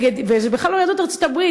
וזה בכלל לא יהדות ארצות-הברית,